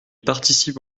participe